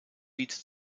bietet